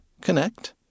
Connect